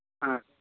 ಹಾಂ